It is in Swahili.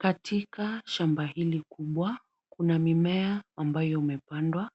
Katika shamba hili kubwa kuna mimea ambayo imepandwa.